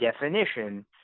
definition